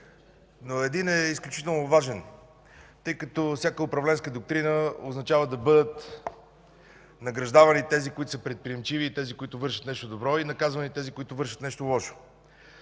но един е изключително важен, тъй като всяка управленска доктрина означава да бъдат награждавани тези, които са предприемчиви, и тези, които вършат нещо добро, и наказвани тези, които вършат нещо лошо.